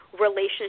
relationship